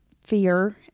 fear